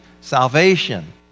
salvation